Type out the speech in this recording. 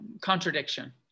contradiction